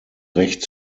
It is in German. recht